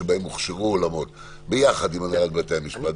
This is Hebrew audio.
שבהם הוכשרו יחד עם הנהלת בתי המשפט,